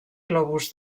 globus